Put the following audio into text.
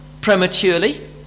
prematurely